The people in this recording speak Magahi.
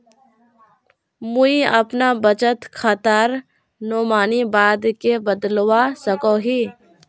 मुई अपना बचत खातार नोमानी बाद के बदलवा सकोहो ही?